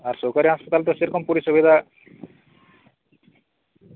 ᱟᱨ ᱥᱚᱨᱠᱟᱨᱤ ᱦᱟᱸᱥᱯᱟᱛᱟᱞ ᱫᱚ ᱥᱮᱨᱚᱠᱚᱢ ᱯᱚᱨᱤᱥᱮᱵᱟ ᱨᱮᱭᱟᱜ